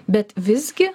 bet visgi